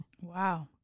Wow